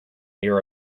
near